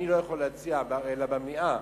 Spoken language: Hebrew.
אני לא יכול להציע אלא במליאה,